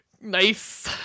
Nice